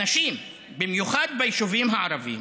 אנשים, במיוחד ביישובים הערביים,